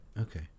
okay